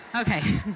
Okay